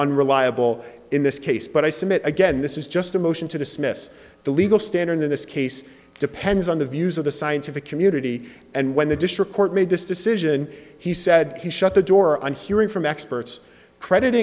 unreliable in this case but i submit again this is just a motion to dismiss the legal standard in this case depends on the views of the scientific community and when the district court made this decision he said he shut the door on hearing from experts